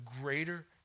greater